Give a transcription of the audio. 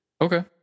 Okay